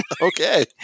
Okay